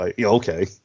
Okay